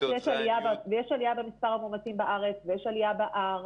ויש עלייה במספר המאומתים בארץ ויש עלייה ב-R.